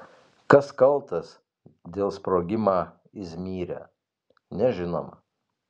kas kaltas dėl sprogimą izmyre nežinoma